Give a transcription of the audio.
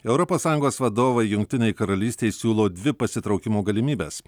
europos sąjungos vadovai jungtinei karalystei siūlo dvi pasitraukimo galimybes